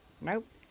nope